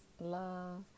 love